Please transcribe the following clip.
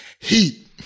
heat